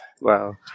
wow